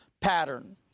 pattern